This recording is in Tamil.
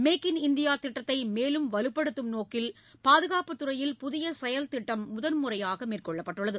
மேக் இன் இந்தியா திட்டத்தை மேலும் வலுப்படுத்தும் நோக்கில் பாதுகாப்பு துறையில் புதிய செயல்திட்டம் முதன் முறையாக மேற்கொள்ளப்பட்டுள்ளது